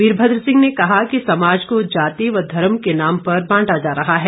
वीरभद्र सिंह ने कहा कि समाज को जाति व धर्म के नाम पर बांटा जा रहा है